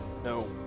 No